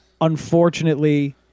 Unfortunately